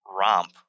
romp